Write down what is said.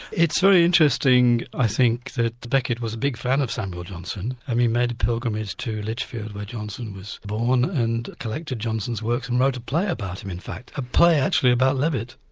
it's very interesting i think that beckett was a big fan of samuel johnson, and he made a pilgrimage to litchfield where johnson was born, and collected johnson's works and wrote a play about him in fact, a play actually about levitt.